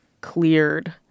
cleared